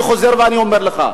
אני חוזר ואני אומר לך,